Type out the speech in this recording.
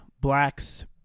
blacks